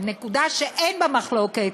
על נקודה שאין בה מחלוקת,